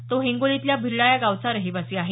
तो हिंगोलीतल्या भिरडा या गावचा रहिवासी आहे